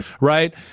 right